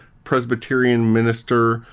presbyterian minister,